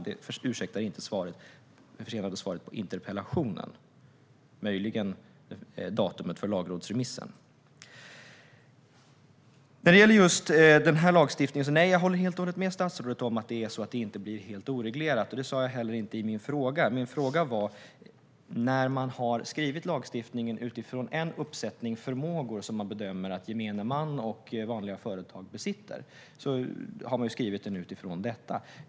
Det ursäktar dock inte det försenade svaret på interpellationen. Möjligen datumet för lagrådsremissen. När det gäller just den här lagstiftningen håller jag helt och hållet med statsrådet om att det inte är så att det blir helt oreglerat, och det sa jag heller inte i min fråga. Min fråga gällde att man har skrivit lagstiftningen utifrån en uppsättning förmågor som man bedömer att gemene man och vanliga företag besitter.